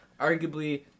arguably